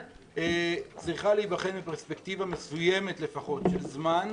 צריכה להיבחן מפרספקטיבה מסוימת לפחות של זמן,